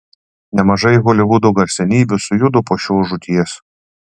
nemažai holivudo garsenybių sujudo po šios žūties